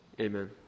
Amen